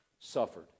suffered